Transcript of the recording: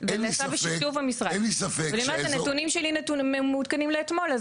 ואני אומרת שהנתונים שלי מעודכנים לאתמול,